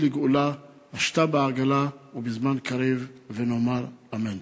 לגאולה השתא בעגלא ובזמן קריב ונאמר אמן.